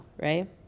right